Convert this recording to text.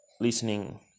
listening